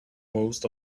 most